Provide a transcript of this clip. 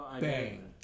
Bang